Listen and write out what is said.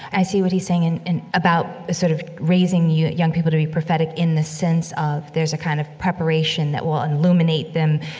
i see what he's saying in in about sort of raising young people to be prophetic in the sense of there's a kind of preparation that will illuminate them,